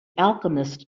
alchemist